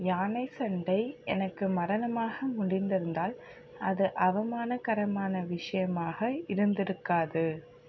யானை சண்டை எனக்கு மரணமாக முடிந்திருந்தால் அது அவமானகரமான விஷயமாக இருந்திருக்காது